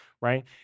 right